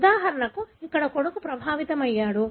ఉదాహరణకు ఇక్కడ కొడుకు ప్రభావితమయ్యాడు